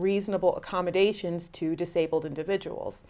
reasonable accommodations to disabled individuals